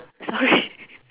sorry